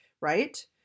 right